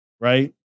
Right